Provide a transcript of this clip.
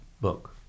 book